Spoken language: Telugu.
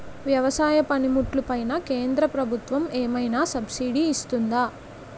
వ్యవసాయ పనిముట్లు పైన కేంద్రప్రభుత్వం ఏమైనా సబ్సిడీ ఇస్తుందా?